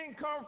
come